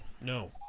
no